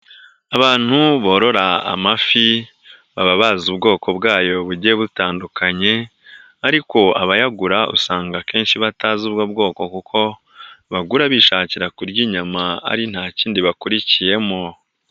Abantu borora amafi baba bazi ubwoko bwayo bugiye butandukanye ariko abayagura usanga akenshi batazi ubwo bwoko, kuko bagura bishakira kurya inyama ari nta kindi bakurikiyemo.